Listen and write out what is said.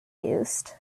used